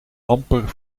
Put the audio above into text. amper